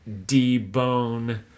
debone